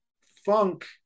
Funk